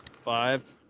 Five